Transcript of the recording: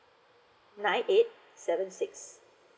alright eight seven six